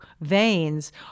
veins